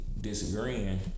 disagreeing